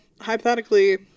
hypothetically